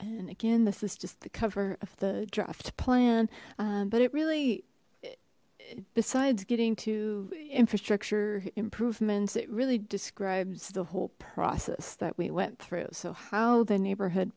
and again this is just the cover of the draft plan but it really besides getting to infrastructure improvements it really describes the whole process that we went through so how the neighborhood